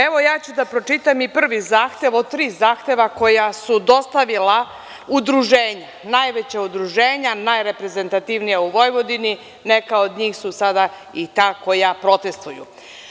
Evo, ja ću da pročitam i prvi zahtev od tri zahteva koja su dostavila udruženja, najveća udruženja, najreprezentativnija u Vojvodini, a neka od njih su sada i ta koja protestuju.